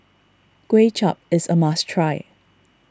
Kuay Chap is a must try